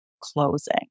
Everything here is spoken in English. closing